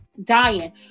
Dying